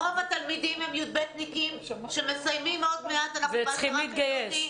רוב התלמידים הם תלמידי י"ב שמסיימים עוד מעט וצריכים להתגייס.